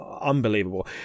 Unbelievable